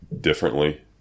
differently